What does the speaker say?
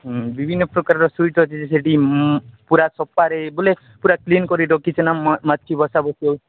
ହୁଁ ବିଭିନ୍ନ ପ୍ରକାରର ସୁଇଟ୍ସ୍ ଅଛି ଯେ ସେଠି ପୁରା ସଫାରେ ବୋଲେ ପୁରା କ୍ଲିନ୍ କରି ରଖିଛି ନାଁ ମାଛି ବସା ବୁସି ହେଉଛି